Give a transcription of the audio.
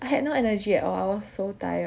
I had no energy at all I was so tired